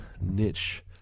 niche